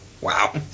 wow